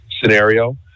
scenario